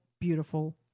beautiful